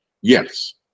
Yes